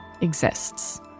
exists